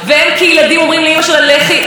אני שייכת לדור קודם.